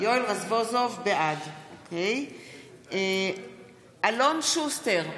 בעד אלון שוסטר,